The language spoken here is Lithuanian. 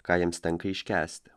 ką jiems tenka iškęsti